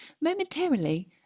momentarily